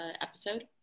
episode